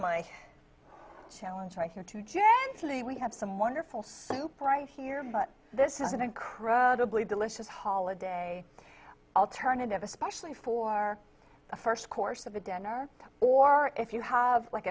bye challenge right here to gently we have some wonderful soup right here but this is an incredibly delicious holiday alternative especially for the first course of a dinner or if you have like